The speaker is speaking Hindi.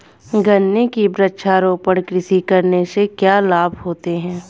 गन्ने की वृक्षारोपण कृषि करने से क्या लाभ होते हैं?